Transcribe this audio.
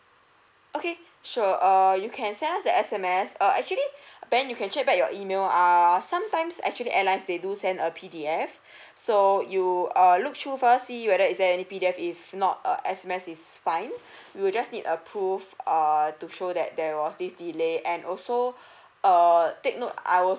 okay sure err you can send us the S_M_S err actually ben you can check back your email err sometimes actually airlines they do send a P_D_F so you err look through first see whether is there any P_D_F if not err S_M_S is fine you just need a proof err to show that there was this delay and also err take note I will